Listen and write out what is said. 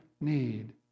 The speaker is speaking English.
need